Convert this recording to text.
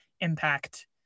impact